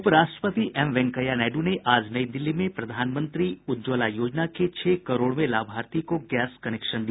उपराष्ट्रपति एम वेंकैया नायड् ने आज नई दिल्ली में प्रधानमंत्री उज्ज्वला योजना के छह करोड़वें लाभार्थी को गैस कनेक्शन दिया